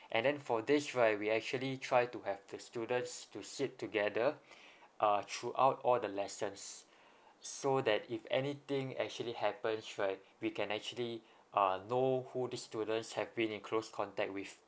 and then for this right we actually try to have the students to sit together uh throughout all the lessons so that if anything actually happens right we can actually ah know who these students have been in close contact with